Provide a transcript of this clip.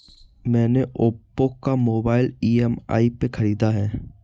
मैने ओप्पो का mobile EMI पे खरीदा है